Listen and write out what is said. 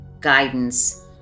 guidance